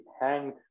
hanged